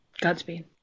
Godspeed